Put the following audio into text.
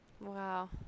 Wow